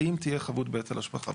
האם תהיה חבות בהיטל השבחה?